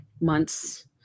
months